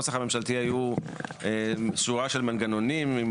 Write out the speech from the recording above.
בנוסח הממשלתי היתה שורה של מנגנונים עם